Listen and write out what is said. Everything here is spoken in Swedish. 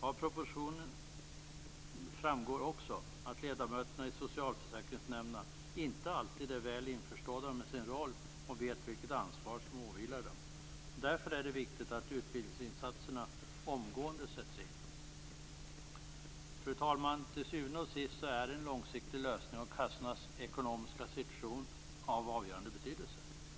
Av propositionen framgår också att ledamöterna i socialförsäkringsnämnderna inte alltid är väl införstådda med sin roll och vet vilket ansvar som åvilar dem. Därför är det viktigt att utbildningsinsatserna omgående sätts in. Fru talman! Till syvende och sist är en långsiktig lösning av kassornas ekonomiska situation av avgörande betydelse.